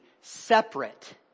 separate